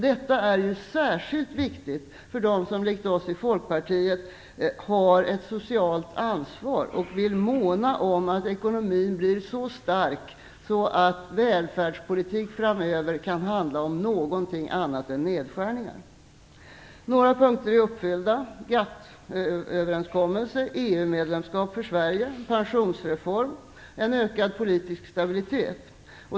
Detta är särskilt viktigt för dem som likt oss i Folkpartiet har ett socialt ansvar och vill måna om att ekonomin blir så stark att välfärdspolitik framöver kan handla om någonting annat än nedskärningar. Några punkter är uppfyllda. GATT överenskommelser, EU-medlemskap för Sverige, pensionsreform och en ökad politisk stabilitet.